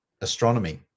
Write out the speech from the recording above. astronomy